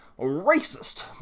racist